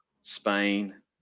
Spain